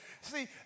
See